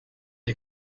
est